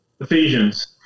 Ephesians